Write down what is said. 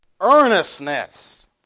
earnestness